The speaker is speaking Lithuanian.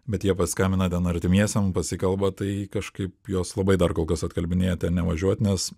bet jie pasiskambina ten artimiesiem pasikalba tai kažkaip juos labai dar kol kas atkalbinėja ten nevažiuot nes